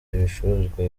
ibicuruzwa